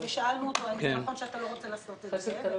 שאלנו אותו האם נכון שהוא לא רוצה לעשות את זה.